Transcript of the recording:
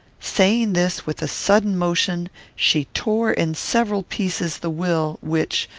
saying this, with a sudden motion, she tore in several pieces the will, which,